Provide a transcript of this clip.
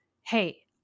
hey